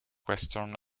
western